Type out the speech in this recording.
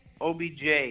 OBJ